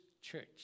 church